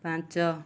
ପାଞ୍ଚ